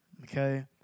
okay